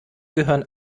gehören